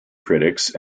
critics